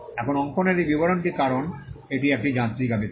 এখন অঙ্কনের এই বিবরণটি কারণ এটি একটি যান্ত্রিক আবিষ্কার